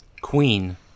Queen